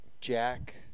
Jack